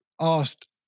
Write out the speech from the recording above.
asked